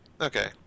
Okay